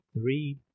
three